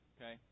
Okay